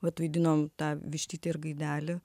vat vaidinom tą vištytę ir gaidelį